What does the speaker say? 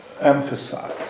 emphasize